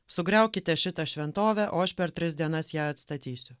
sugriaukite šitą šventovę o aš per tris dienas ją atstatysiu